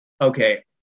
okay